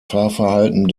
fahrverhalten